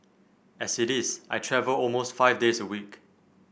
as it is I travel almost five days a week